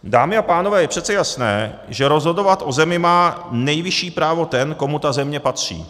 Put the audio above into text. Dámy a pánové, je přece jasné, že rozhodovat o zemi má nejvyšší právo ten, komu ta země patří.